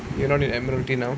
you not in admiralty now